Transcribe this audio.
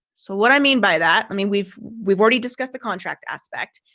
so what i mean by that, i mean, we've we've already discussed the contract aspect,